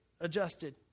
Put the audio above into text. adjusted